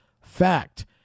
Fact